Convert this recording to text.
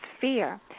fear